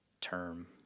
term